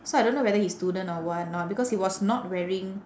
so I don't know whether he student or what not because he was not wearing